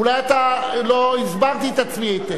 אולי לא הסברתי את עצמי היטב.